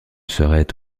serait